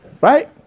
Right